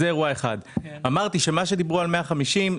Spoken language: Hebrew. דיברו פה על 150,